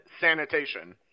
sanitation